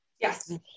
yes